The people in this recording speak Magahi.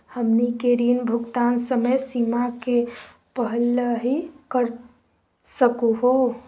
हमनी के ऋण भुगतान समय सीमा के पहलही कर सकू हो?